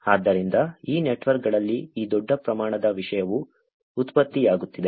ಆದ್ದರಿಂದ ಈ ನೆಟ್ವರ್ಕ್ಗಳಲ್ಲಿ ಈ ದೊಡ್ಡ ಪ್ರಮಾಣದ ವಿಷಯವು ಉತ್ಪತ್ತಿಯಾಗುತ್ತಿದೆ